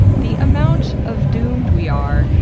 the amount of doomed we are,